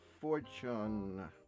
fortune